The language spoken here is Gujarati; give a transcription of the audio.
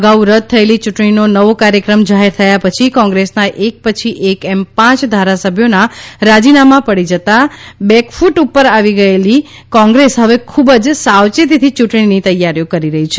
આગાઉ રદ થયેલી યૂંટણીનો નવો કાર્યક્રમ જાહેર થયા પછી કોંગ્રેસના એક પછી એક એમ પાંચ ધારાસભ્યોના રાજીનામાં પડી જતા બેકકૃટ ઉપર આવી ગયેલી કોંગ્રેસ હવે ખુબજ સાવચેતીથી યૂંટણીની તૈયારીઓ કરી રહી છે